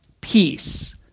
peace